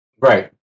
right